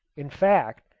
in fact,